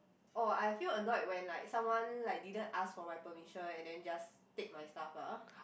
oh I feel annoyed when like someone like didn't ask for my permission and then just take my stuff ah